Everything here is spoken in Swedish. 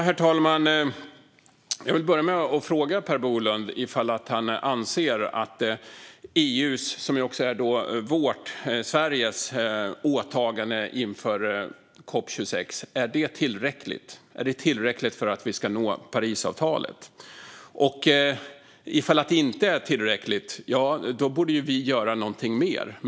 Herr talman! Jag vill börja med att fråga Per Bolund om han anser att EU:s och därmed också Sveriges åtagande inför COP 26 är tillräckligt för att vi ska nå Parisavtalet. Om det inte är tillräckligt borde vi ju göra någonting mer.